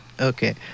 Okay